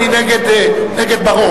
אני נגד בר-און.